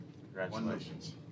Congratulations